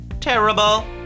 Terrible